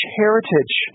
heritage